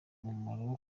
umumaro